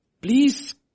Please